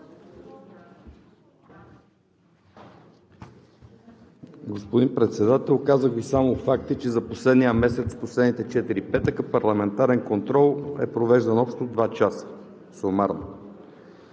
Господин Председател, казах Ви само факти, че за последния месец, последните четири петъка, парламентарен контрол е провеждан сумарно